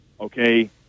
okay